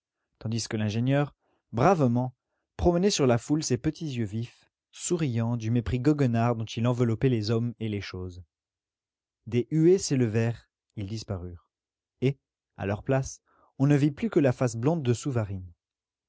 tandis que l'ingénieur bravement promenait sur la foule ses petits yeux vifs souriant du mépris goguenard dont il enveloppait les hommes et les choses des huées s'élevèrent ils disparurent et à leur place on ne vit plus que la face blonde de souvarine